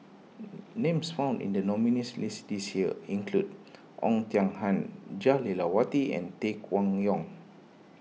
names found in the nominees' list this year include Oei Tiong Ham Jah Lelawati and Tay Kwang Yong